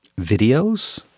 videos